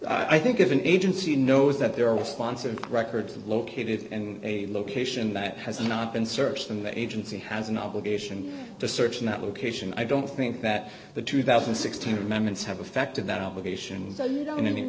well i think if an agency knows that there are responsive records located in a location that has not been searched and the agency has an obligation to search in that location i don't think that the two thousand and sixteen amendments have affected that obligation so you don't even